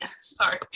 Sorry